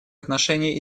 отношений